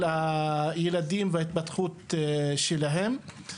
על הילדים וההתפתחות שלהם,